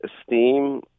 esteem